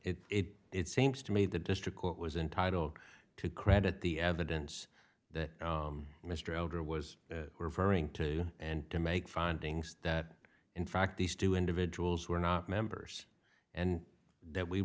dean it it seems to me the district court was entitled to credit the evidence that mr elder was referring to and to make findings that in fact these two individuals were not members and that we